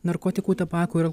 narkotikų tabako ir